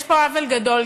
יש פה עוול גדול,